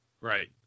right